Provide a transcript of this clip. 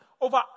over